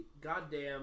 goddamn